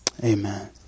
Amen